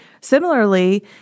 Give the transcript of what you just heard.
similarly